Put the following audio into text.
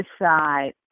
decide